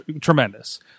tremendous